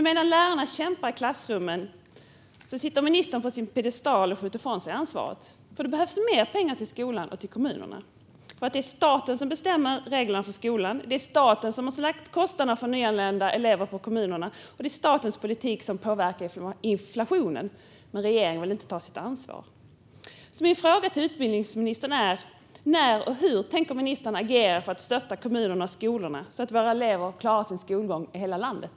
Medan lärarna kämpar i klassrummen sitter ministern på sin piedestal och skjuter ifrån sig ansvaret. Det behövs mer pengar till skolan och till kommunerna. Det är staten som bestämmer reglerna för skolan. Det är staten som har lagt kostnaderna för nyanlända elever på kommunerna. Det är också statens politik som påverkar inflationen, men regeringen vill inte ta sitt ansvar. Min fråga till utbildningsministern är: När och hur tänker ministern agera för att stötta kommunerna och skolorna, så att våra elever klarar sin skolgång i hela landet?